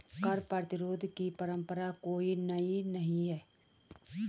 कर प्रतिरोध की परंपरा कोई नई नहीं है